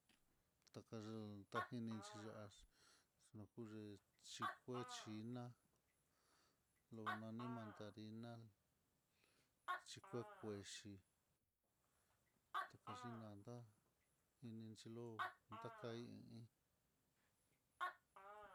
Tajan tajinixhi, yax nujule xhiko xhina lomani mandarina, xhikue kuexhi tukaxhinanda, inxhi lu takai.